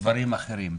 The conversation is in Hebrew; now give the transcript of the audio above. דברים אחרים.